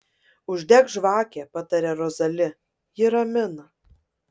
uždek žvakę pataria rozali ji ramina